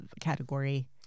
category